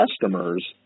customers